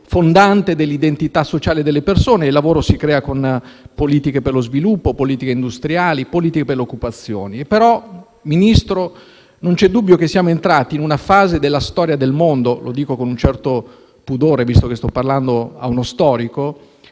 fondante dell'identità sociale delle persone e il lavoro si crea con politiche per lo sviluppo, politiche industriali, politiche per l'occupazione. Non vi è dubbio, Ministro, che siamo entrati in una fase della storia del mondo - lo dico con un certo pudore visto che sto parlando a uno storico